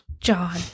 John